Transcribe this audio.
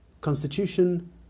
Constitution